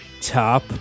top